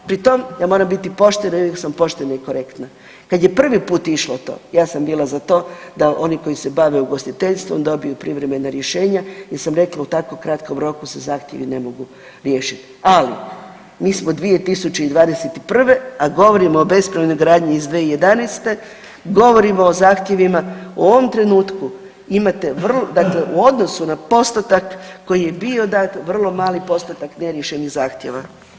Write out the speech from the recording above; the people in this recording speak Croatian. Pri tom, ja moram biti poštena i u uvijek sam poštena i korektna, kad je prvi put išlo to ja sam bila za to da oni koji se bave ugostiteljstvom dobiju privremena rješenja jel sam rekla u tako kratkom roku se zahtjevi ne mogu riješit, ali mi smo 2021., a govorimo o bespravnoj gradnji iz 2011., govorimo o zahtjevima u ovom trenutku dakle u odnosu na postotak koji je bio dat, vrlo mali postotak neriješenih zahtjeva.